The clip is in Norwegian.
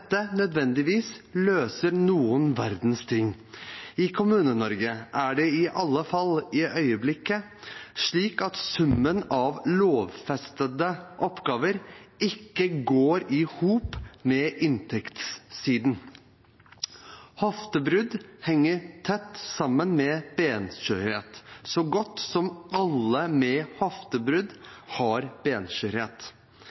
nødvendigvis løser noen verdens ting. I Kommune-Norge er det i alle fall i øyeblikket slik at summen av lovfestede oppgaver ikke går i hop med inntektssiden. Hoftebrudd henger tett sammen med benskjørhet. Så godt som alle med